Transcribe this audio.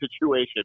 situation